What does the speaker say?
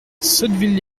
sotteville